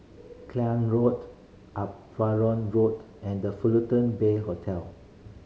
Klang Road Uparon Road and The Fullerton Bay Hotel